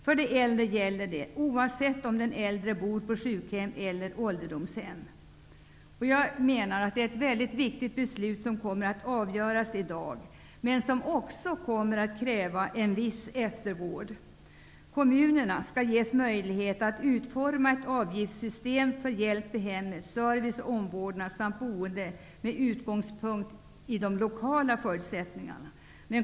För de äldre gäller det, oavsett om den äldre bor på sjukhem eller ålderdomshem. Jag anser att det är ett mycket viktigt beslut som i dag kommer att fattas men som kommer att kräva en viss ''eftervård''. Kommunerna skall få möjlighet att utforma ett avgiftssystem för hjälp i hemmet, service och omvårdnad samt boende med utgångspunkt i de lokala förutsättningarna.